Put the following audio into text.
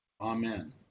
Amen